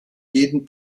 jeden